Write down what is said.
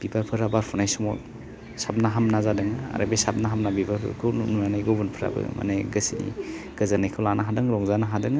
बिबारफोरा बारफुनाय समाव साबना हामना जादों आरो बे साबना हामना बिबारफोरखौ नुनानै गुबुनफ्राबो माने गोसोनि गोजोन्नायखौ लानो हादों रंजानो हादों